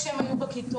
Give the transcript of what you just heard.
כשהם היו בכיתות,